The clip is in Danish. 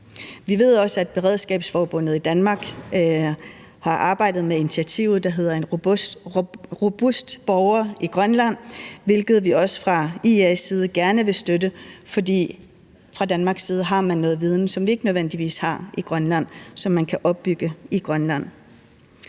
Vi ved også, at Beredskabsforbundet i Danmark har arbejdet med et initiativ, der hedder »En robust borger i Grønland«, hvilket vi også fra IA's side gerne vil støtte, fordi man fra Danmarks side har noget viden, som vi ikke nødvendigvis har i Grønland, men som kan opbygges i Grønland.